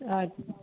আ